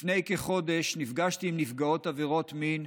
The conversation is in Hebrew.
לפני כחודש נפגשתי עם נפגעות עבירות מין,